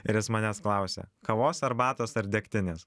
ir jis manęs klausia kavos arbatos ar degtinės